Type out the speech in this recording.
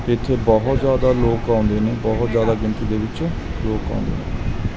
ਇੱਥੇ ਬਹੁਤ ਜ਼ਿਆਦਾ ਲੋਕ ਆਉਂਦੇ ਨੇ ਬਹੁਤ ਜ਼ਿਆਦਾ ਗਿਣਤੀ ਦੇ ਵਿੱਚ ਲੋਕ ਆਉਂਦੇ ਨੇ